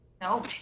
No